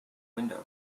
window